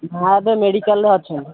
ମା' ଏବେ ମେଡ଼ିକାଲ୍ରେ ଅଛନ୍ତି